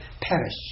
perish